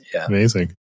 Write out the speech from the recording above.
Amazing